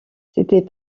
c’était